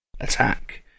attack